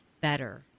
better